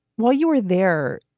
while you were there,